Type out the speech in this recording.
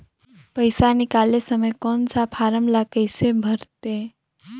पइसा निकाले समय कौन सा फारम ला कइसे भरते?